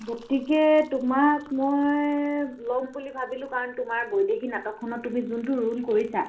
গতিকে তোমাক মই ল'ম বুলি ভাবিলোঁ কাৰণ তোমাৰ বৈদেহী নাটকখনত তুমি যোনটো ৰ'ল কৰিছা